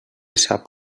sap